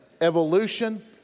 evolution